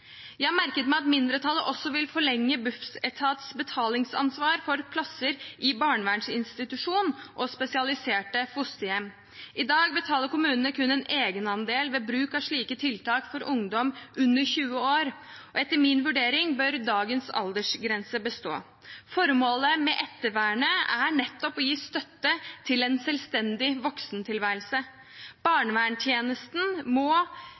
Jeg har merket meg at mindretallet også vil forlenge Bufetats betalingsansvar for plasser i barnevernsinstitusjon og spesialiserte fosterhjem. I dag betaler kommunene kun en egenandel ved bruk av slike tiltak for ungdom under 20 år, og etter min vurdering bør dagens aldersgrense bestå. Formålet med ettervernet er nettopp å gi støtte til en selvstendig voksentilværelse. Barnevernstjenesten må